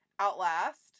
Outlast